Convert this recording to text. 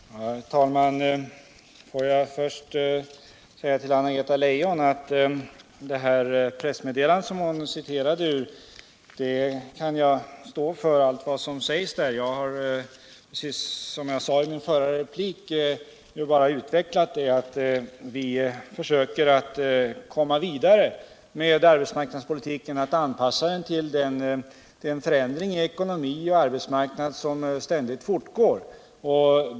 Ferr talman! Får jag till att börja med säga till Anna-Greta Leijon att jag kan stå för allt vad som sägs i det pressmeddelande hon citerade ur. Jag har, precis som jag sade i min förra replik, bara utvecklat det hela. Vi försöker komma vidare med arbetsmarknadspolitiken och anpassa den till den förändring i ekonomi och arbetsmarknad som ständigt fortgår.